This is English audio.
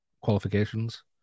qualifications